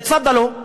תפאדלו,